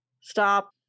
stop